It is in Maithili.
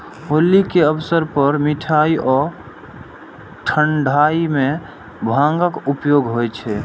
होली के अवसर पर मिठाइ आ ठंढाइ मे भांगक उपयोग होइ छै